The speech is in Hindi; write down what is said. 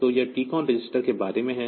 तो यह टीकॉन रजिस्टर के बारे में है